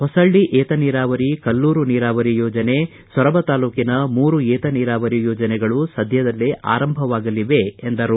ಹೊಸಳ್ಳಿ ಏತನೀರಾವರಿ ಕಲ್ಲೂರು ನೀರಾವರಿ ಯೋಜನೆ ಸೊರಬ ತಾಲೂಕಿನ ಮೂರು ಏತ ನೀರಾವರಿ ಯೋಜನೆಗಳು ಸದ್ಯದಲ್ಲೇ ಆರಂಭವಾಗಲಿದೆ ಎಂದರು